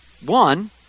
One